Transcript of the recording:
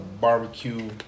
Barbecue